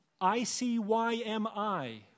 I-C-Y-M-I